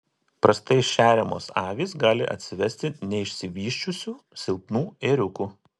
prastai šeriamos avys gali atsivesti neišsivysčiusių silpnų ėriukų